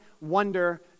wonder